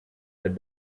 that